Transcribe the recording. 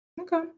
okay